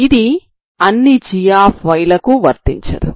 ఇది అన్ని g లకి వర్తించదు